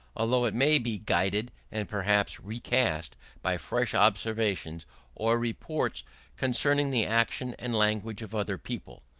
although it may be guided and perhaps recast by fresh observations or reports concerning the action and language of other people.